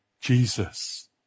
Jesus